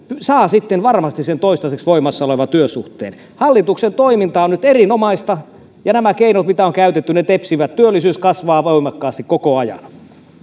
saa sitten varmasti sen toistaiseksi voimassa olevan työsuhteen hallituksen toiminta on nyt erinomaista ja nämä keinot mitä on käytetty tepsivät työllisyys kasvaa voimakkaasti koko ajan